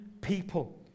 people